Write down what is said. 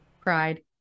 Pride